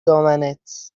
دامنت